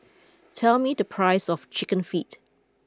tell me the price of Chicken Feet